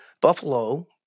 buffalo